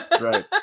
right